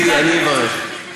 אני אברך.